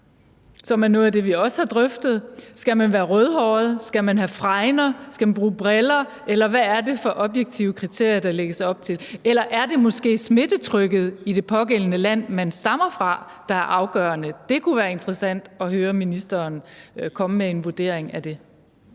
som er noget af det, vi også har drøftet – være gift med en dansker? Skal man være rødhåret? Skal man have fregner? Skal man bruge briller? Hvad er det fra objektive kriterier, der lægges op til? Eller er det måske smittetrykket i det pågældende land, man stammer fra, der er afgørende? Det kunne være interessant at høre ministeren komme med en vurdering af det.